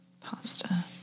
Pasta